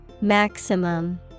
Maximum